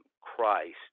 Christ